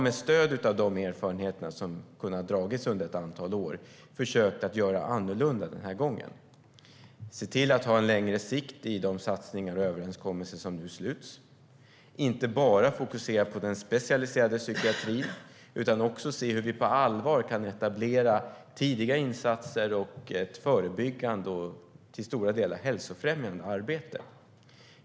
Med stöd av de erfarenheter som har kunnat dras under ett antal år har vi försökt göra annorlunda den här gången, se till att ha längre sikt i de satsningar och överenskommelser som nu sluts och inte bara fokusera på den specialiserade psykiatrin utan också se på hur vi på allvar kan etablera tidiga insatser och ett förebyggande och till stora delar hälsofrämjande arbete.